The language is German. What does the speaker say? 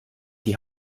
die